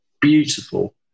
beautiful